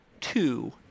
two